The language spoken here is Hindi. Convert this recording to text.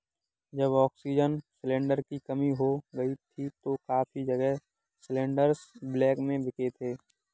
जब ऑक्सीजन सिलेंडर की कमी हो गई थी तो काफी जगह सिलेंडरस ब्लैक में बिके थे